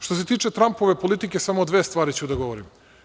Što se tiče Trampove politike, samo dve stvari ću da govorim.